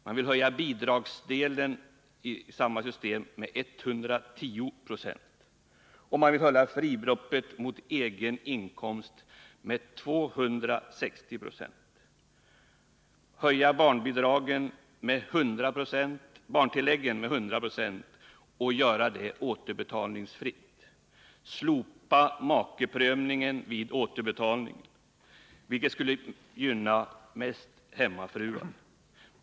Man vill höja bidragsdelen i samma system med 110 96. Man vill höja fribeloppet mot egen inkomst med 260 26, höja barntillägget med 100 0 och göra det återbetalningsfritt, slopa äktamakeprövningen vid återbetalning, vilket mest skulle gynna hemmafruar.